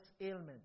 ailment